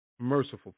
merciful